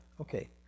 okay